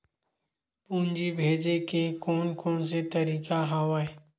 पूंजी भेजे के कोन कोन से तरीका हवय?